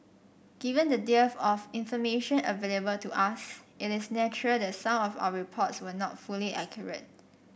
given the dearth of information available to us it is natural that some of our reports were not fully accurate